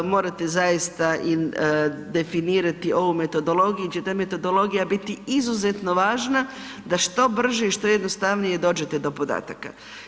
Morate zaista i definirati ovu metodologiju jer će ta metodologija biti izuzetno važna da što brže i što jednostavnije dođete do podataka.